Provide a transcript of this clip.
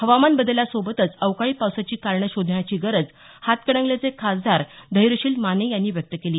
हवामान बदलासोबतच अवकाळी पावसाची कारणं शोधण्याची गरज हातकणंगलेचे खासदार धैर्यशील माने यांनी व्यक्त केली